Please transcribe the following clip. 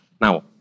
Now